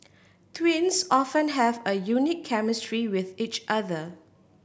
twins often have a unique chemistry with each other